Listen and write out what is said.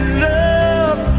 love